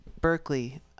Berkeley